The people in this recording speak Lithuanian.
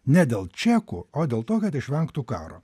ne dėl čekų o dėl to kad išvengtų karo